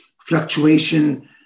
fluctuation